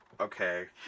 okay